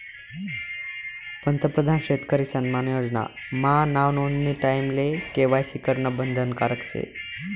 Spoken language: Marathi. पंतप्रधान शेतकरी सन्मान योजना मा नाव नोंदानी टाईमले के.वाय.सी करनं बंधनकारक शे